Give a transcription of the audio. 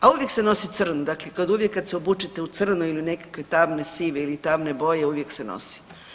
A uvijek se nosi crno, dakle kad uvijek kad se obučete u crno ili u nekakve tamne sive ili tamne boje, uvijek se nosi.